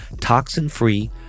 toxin-free